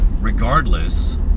regardless